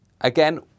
Again